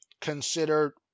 considered